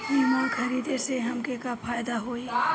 बीमा खरीदे से हमके का फायदा होई?